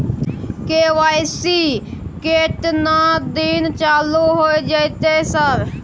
KYC केतना दिन चालू होय जेतै है सर?